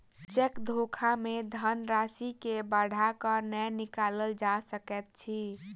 cheque धोखा मे धन राशि के बढ़ा क नै निकालल जा सकैत अछि